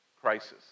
crisis